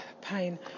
pain